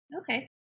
Okay